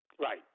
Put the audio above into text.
Right